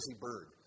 bird